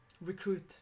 recruit